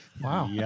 Wow